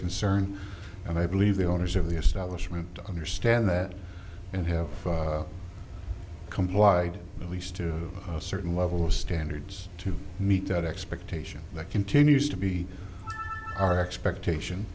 concern and i believe the owners of the establishment understand that and have complied at least to a certain level of standards to meet that expectation that continues to be our expectation